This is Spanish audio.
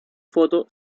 foto